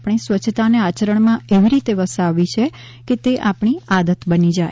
આપણે સ્વચ્છતાને આચરણમાં એવી રીતે વસાવવી છે તે આપણી આદત બની જાય